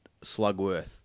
Slugworth